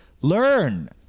Learn